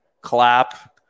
Clap